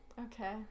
Okay